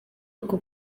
uko